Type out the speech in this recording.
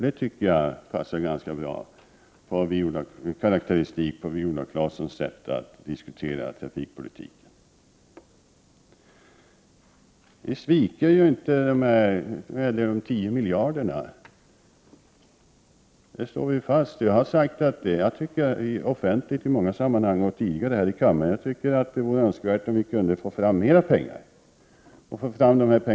Det tycker jag är en bra karaktäristik när det gäller Viola Claessons sätt att diskutera trafikpolitik. När det gäller de 10 miljarderna sviker vi inte. Vi står fast vid detta. Jag har offentligt i många sammanhang och även tidigare här i kammaren sagt att jag tycker att det vore önskvärt om vi fick fram mer pengar och snabbare. Därför Prot.